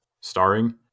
starring